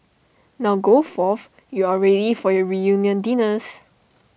now go forth you are ready for your reunion dinners